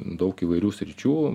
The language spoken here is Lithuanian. daug įvairių sričių